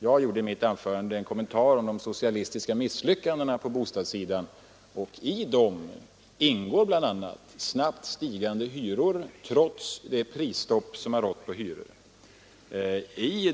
Jag gjorde i mitt anförande en kommentar om de socialistiska misslyckandena på bostadssidan. Bland dessa ingår snabbt stigande hyror trots det prisstopp som rått på hyror.